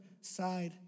side